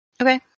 Okay